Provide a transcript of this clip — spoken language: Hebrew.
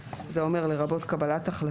זה אומר לרבות קבלת החלטה,